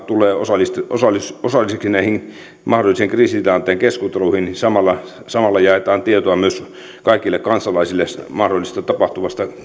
tulee osalliseksi näihin mahdollisiin kriisitilanteen keskusteluihin jaetaan tietoa myös kaikille kansalaisille mahdollisesta tapahtuvasta